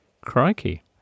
Crikey